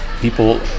people